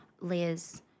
Liz